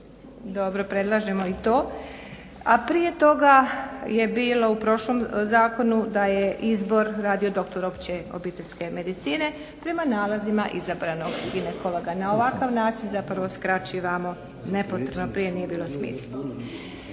dobro predlažemo i to. a prije toga je bilo u prošlom zakonu da je izbor radio dr. opće obiteljske medicine prema nalazima izabranog ginekologa. Na ovakav način skraćivamo nepotrebno, prije nije bilo smisla.